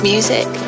Music